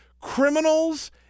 criminals